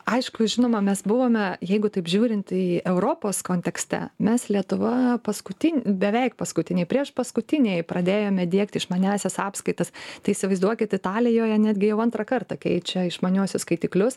aišku žinoma mes buvome jeigu taip žiūrint į europos kontekste mes lietuva paskutin beveik paskutinė priešpaskutiniai pradėjome diegti išmaniąsias apskaitas tai įsivaizduokit italijoje netgi jau antrą kartą keičia išmaniuosius skaitiklius